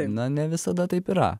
na ne visada taip yra